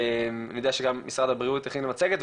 אני יודע שמשרד הבריאות הכין מצגת,